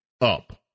up